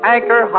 Anchor